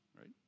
right